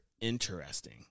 interesting